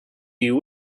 you